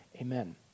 Amen